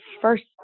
first